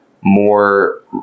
more